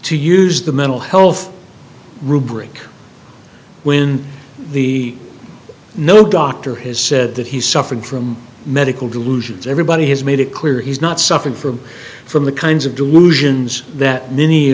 to use the mental health rubric when the no doctor has said that he's suffering from medical delusions everybody has made it clear he's not suffering from from the kinds of delusions that many